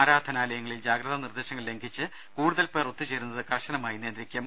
ആരാധനാലയങ്ങളിൽ ജാഗ്രതാ നിർദേശങ്ങൾ ലംഘിച്ച് കൂടുതൽപേർ ഒത്തുചേരുന്നത് കർശനമായി നിയന്ത്രിക്കും